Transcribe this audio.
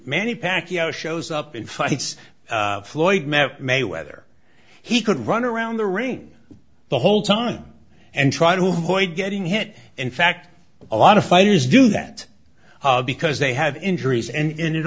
manny pacquiao shows up in fights floyd mayweather he could run around the ring the whole time and try to avoid getting hit in fact a lot of fighters do that because they have injuries and in it